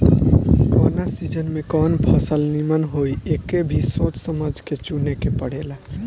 कवना सीजन में कवन फसल निमन होई एके भी सोच समझ के चुने के पड़ेला